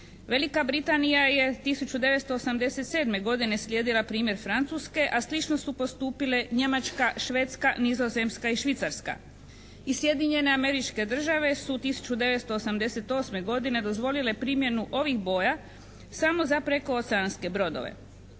Velika Britanija je 1987. godine slijedila primjer Francuske, a slično su postupile Njemačka, Švedska, Nizozemska i Švicarska. I Sjedinjene Američke Države su 1988. godine dozvolite primjenu ovih boja samo za prekooceanske brodove.